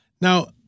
Now